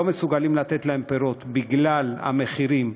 מסוגלים לתת להם פירות בגלל המחירים,